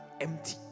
empty